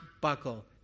buckle